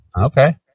Okay